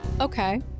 Okay